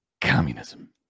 communism